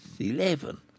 eleven